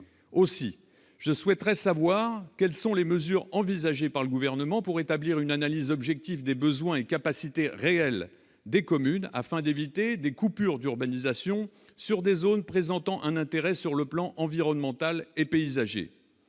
aussi, je souhaiterais savoir quelles sont les mesures envisagées par le gouvernement pour établir une analyse objective des besoins et capacités réelles des communes afin d'éviter des coupures d'urbanisation sur des zones présentant un intérêt sur le plan environnemental et paysager,